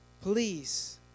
please